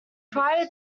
prior